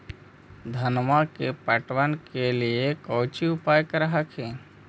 धनमा के पटबन के लिये कौची उपाय कर हखिन?